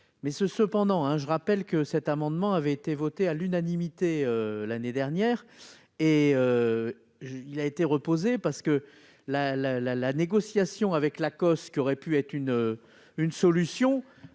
cependant que cet amendement avait été voté à l'unanimité l'année dernière. Il a été redéposé, parce que la négociation avec l'Acoss, qui aurait pu être une solution,